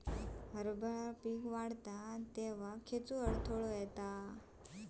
हरभरा पीक वाढता तेव्हा कश्याचो अडथलो येता?